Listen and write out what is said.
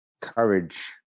courage